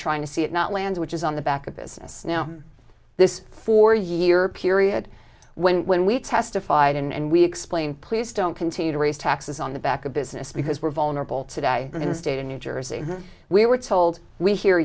trying to see it not land which is on the back of business now this four year period when when we testified and we explain please don't continue to raise taxes on the back of business because we're vulnerable today in the state of new jersey we were told we hear